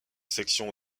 section